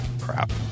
crap